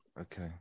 okay